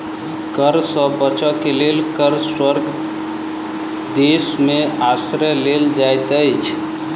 कर सॅ बचअ के लेल कर स्वर्ग देश में आश्रय लेल जाइत अछि